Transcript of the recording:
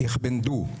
- "איך בין דו",